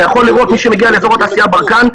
אתה יכול לראות את מי שמגיע לאזור התעשייה ברקן,